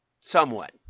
somewhat